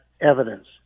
evidence